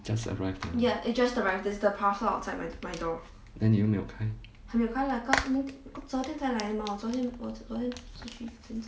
just arrived ah then 你有没有开